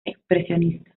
expresionista